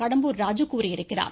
கடம்பூர் ராஜு கூறியிருக்கிறார்